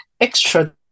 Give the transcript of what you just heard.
extra